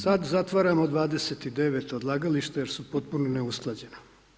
Sad zatvaramo 29 odlagališta jer su potpuno neusklađena.